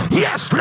yes